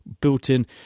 built-in